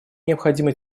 необходимо